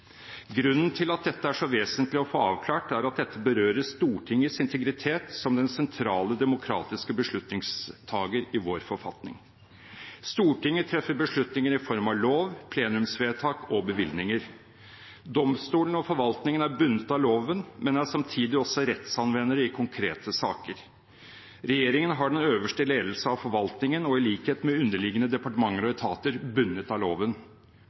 Grunnen til at dette er så vesentlig å få avklart, er at dette berører Stortingets integritet som den sentrale demokratiske beslutningstaker i vår forfatning. Stortinget treffer beslutninger i form av lov, plenumsvedtak og bevilgninger. Domstolene og forvaltningen er bundet av loven, men er samtidig også rettsanvendere i konkrete saker. Regjeringen har den øverste ledelse av forvaltningen og er i likhet med underliggende departementer og etater bundet av loven.